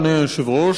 אדוני היושב-ראש,